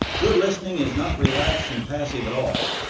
good listening is not relaxed and passive at all,